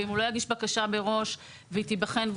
ואם הוא לא יגיש בקשה מראש והיא תיבחן,